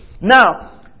Now